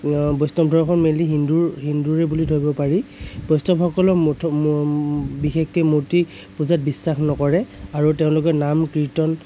বৈষ্ণৱ দৰ্শন মেইনলী হিন্দুৰ হিন্দুৰে বুলি ধৰিব পাৰি বৈষ্ণৱসকলে বিশেষকে মূৰ্তি পূজাত বিশ্বাস নকৰে আৰু তেওঁলোকে নাম কীৰ্তন